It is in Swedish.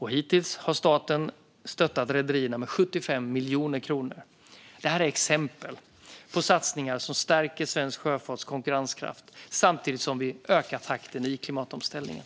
Hittills har staten stöttat rederierna med 75 miljoner kronor. Det är exempel på satsningar som stärker svensk sjöfarts konkurrenskraft samtidigt som vi ökar takten i klimatomställningen.